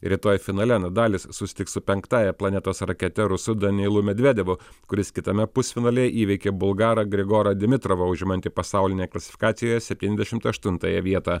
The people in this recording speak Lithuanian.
rytoj finale nadalis susitiks su penktąja planetos rakete rusu danilu medvedevu kuris kitame pusfinalyje įveikė bulgarą grigorą dimitravą užimantį pasaulinėje klasifikacijoje septyniasdešimt aštuntąją vietą